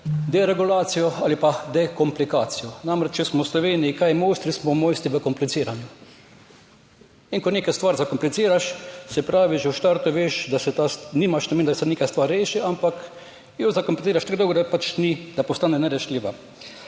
deregulacijo ali pa dekomplikacijo. Namreč, če smo v Sloveniji kaj mojstri, smo mojstri v kompliciranju. In ko neko stvar zakompliciraš, se pravi, že v štartu veš, da se nimaš namen, da se neka stvar reši, ampak jo zakompliciraš tako dolgo, da pač ni, da postane nerešljiva.